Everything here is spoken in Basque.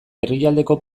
herrialdeko